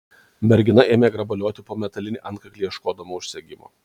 mergina ėmė grabalioti po metalinį antkaklį ieškodama užsegimo